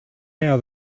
now